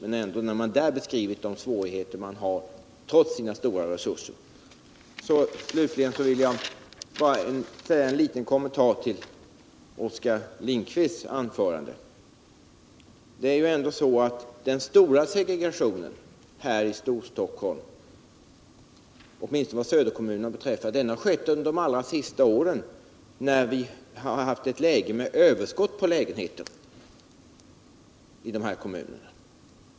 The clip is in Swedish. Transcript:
I utredningen beskrivs de svårigheter man har trots stora resurser. Stutligen vill jag göra en liten kommentar till Oskar Lindkvists anförande. Det är ändå så att den stora segregationen här i Storstockholm, åtminstone vad söderkommunerna beträffar, har skett under de allra senaste åren när vi har haft eu överskott på lägenheter i de här kommunerna.